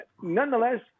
nonetheless